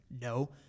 No